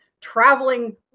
traveling